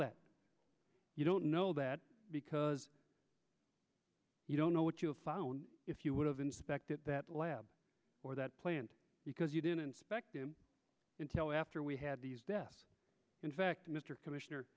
that you don't know that because you don't know what you have found if you would have inspected that lab or that plant because you didn't inspect intel after we had these deaths in fact mr commissioner